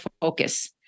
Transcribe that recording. focus